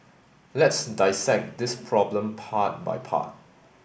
let's dissect this problem part by part